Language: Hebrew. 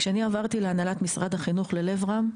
כשעברתי להנהלת משרד החינוך, ל- ׳לב רם׳,